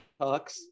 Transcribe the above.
talks